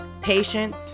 patience